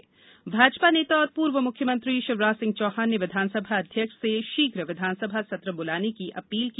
वहीं भाजपा नेता और पूर्व मुख्यमंत्री शिवराज सिंह चौहान ने विधानसभा अध्यक्ष से शीघ विधानसभा सत्र बुलाने की अपील की